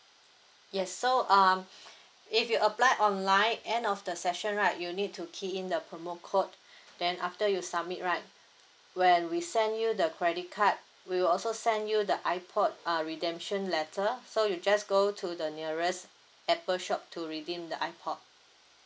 yes so um if you apply online end of the session right you'll need to key in the promo code then after you submit right when we send you the credit card we will also send you the ipod err redemption letter so you just go to the nearest apple shop to redeem the ipod